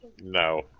No